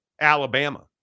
Alabama